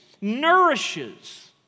nourishes